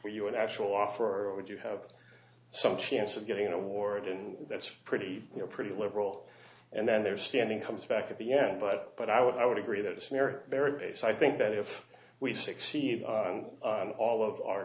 you an actual offer or would you have some chance of getting an award and that's pretty you're pretty liberal and then there standing comes back at the end but but i would i would agree that it's near a very base i think that if we succeed on all of our